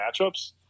matchups –